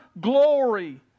glory